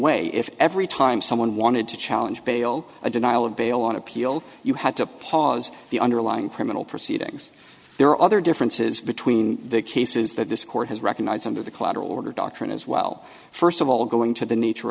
way if every time someone wanted to challenge bail a denial of bail on appeal you have to pause the underlying criminal proceedings there are other differences between the cases that this court has recognized under the collateral order doctrine as well first of all going to the nature